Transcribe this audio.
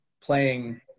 playing